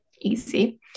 Easy